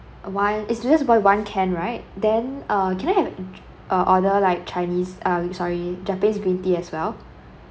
one it's it just buy one can right then uh can I have uh order like chinese uh sorry japanese green tea as well